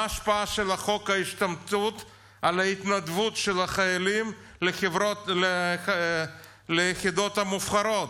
מה ההשפעה של חוק ההשתמטות על ההתנדבות של החיילים ליחידות המובחרות?